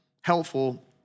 helpful